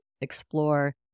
explore